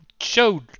showed